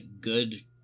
good